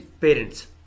Parents